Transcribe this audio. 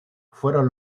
fueron